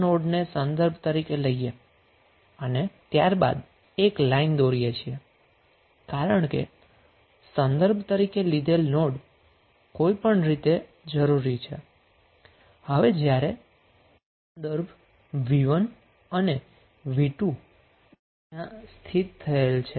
નોડને સંદર્ભ તરીકે રજૂ કરવા માટે એક લાઈન દોરીએ છીએ કારણ કે રેફેરન્સ નોડ કોઈપણ રીતે જરૂરી છે અને પછી આપણે બે નોડને સ્થાપિત કરીશ જ્યાં v1 અને v2 માટે પોઝિટિવ રેફરન્સ સ્થિત થયેલ છે